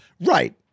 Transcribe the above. Right